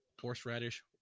horseradish